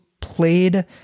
played